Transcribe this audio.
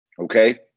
okay